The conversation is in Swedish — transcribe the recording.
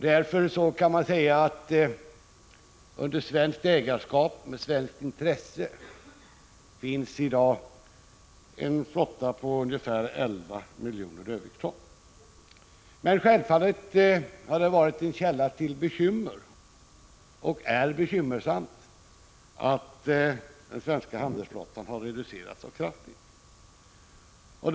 Därför kan man säga att under svenskt ägarskap, med svenskt intresse, finns i dag en flotta på ungefär 11 miljoner dödviktston. Självfallet har det varit och är det en källa till bekymmer att den svenska handelsflottan har reducerats så kraftigt.